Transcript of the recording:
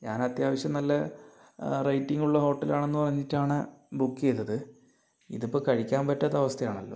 ഞാനത്യാവശ്യം നല്ല റേറ്റിങ്ങുള്ള ഹോട്ടലാണെന്ന് പറഞ്ഞിട്ടാണ് ബുക്ക് ചെയ്തത് ഇതിപ്പോൾ കഴിക്കാൻ പറ്റാത്ത അവസ്ഥയാണല്ലോ